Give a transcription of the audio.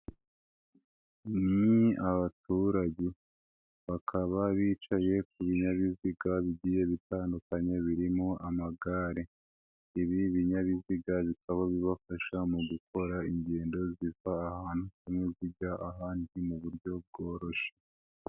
Ni abaturage bakaba bicaye ku binyabiziga bigiye bitandukanye birimo amagare. Ibi binyabiziga bikaba bibafasha mu gukora ingendo ziva ahantu zijya ahandi mu buryo bworoshye.